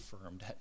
affirmed